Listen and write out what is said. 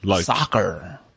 soccer